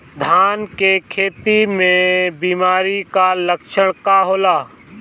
धान के खेती में बिमारी का लक्षण का होला?